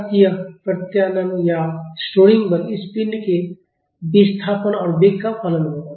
अतः यह प्रत्यानयन बल इस पिंड के विस्थापन और वेग का फलन होगा